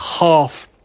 half